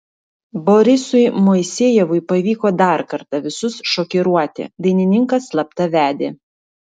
borisui moisejevui pavyko dar kartą visus šokiruoti dainininkas slapta vedė